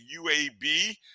UAB